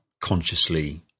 consciously –